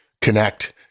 connect